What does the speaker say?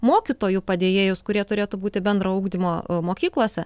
mokytojų padėjėjus kurie turėtų būti bendro ugdymo mokyklose